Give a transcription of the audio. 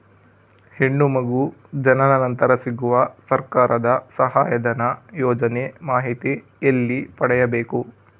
ಹೆಣ್ಣು ಮಗು ಜನನ ನಂತರ ಸಿಗುವ ಸರ್ಕಾರದ ಸಹಾಯಧನ ಯೋಜನೆ ಮಾಹಿತಿ ಎಲ್ಲಿ ಪಡೆಯಬೇಕು?